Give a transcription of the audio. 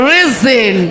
Reason